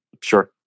Sure